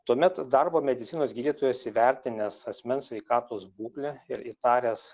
tuomet darbo medicinos gydytojas įvertinęs asmens sveikatos būklę ir įtaręs